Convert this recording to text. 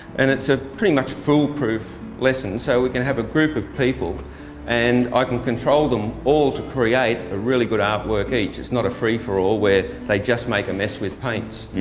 and it it's a pretty much fool proof lesson, so we can have a group of people and i can control them all to create a really good art work each. it's not a free for all where they just make a mess with paints.